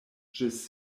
ĝis